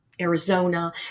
Arizona